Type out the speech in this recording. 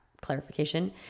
clarification